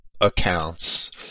accounts